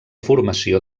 formació